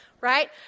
right